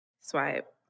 Swipe